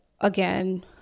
again